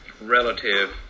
relative